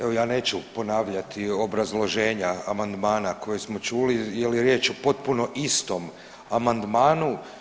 Evo, ja neću ponavljati obrazloženja amandmana koja smo čuli jer je riječ o potpuno istom amandmanu.